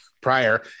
prior